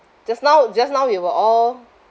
just now just now we were all